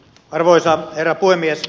arvoisa herra puhemies